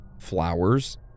flowers